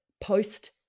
post